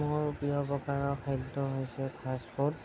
মোৰ প্ৰিয় প্ৰকাৰৰ খাদ্য হৈছে ফাষ্টফুড